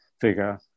figure